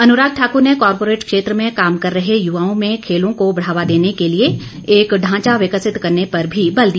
अनुराग ठाकुर ने कॉर्पोरेट क्षेत्र में काम कर रहे युवाओं में खेलों को बढ़ावा देने के लिए एक ढांचा विकसित करने पर भी बल दिया